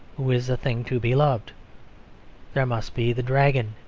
who is a thing to be loved there must be the dragon,